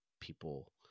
people